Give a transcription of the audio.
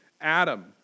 Adam